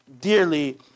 Dearly